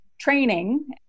training